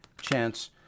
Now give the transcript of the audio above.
chance